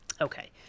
Okay